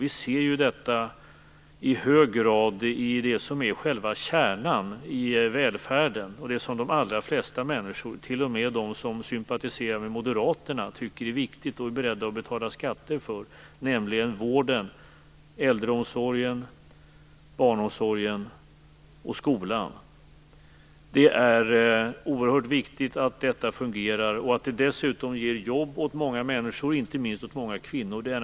Vi ser ju detta i hög grad i det som är själva kärnan i välfärden och det som de allra flesta människor, t.o.m. de som sympatiserar med Moderaterna tycker är viktigt och är beredda att betala skatter för, nämligen vården, äldreomsorgen, barnomsorgen och skolan. Det är oerhört viktigt att detta fungerar och att det dessutom ger jobb åt många människor, inte minst åt många kvinnor.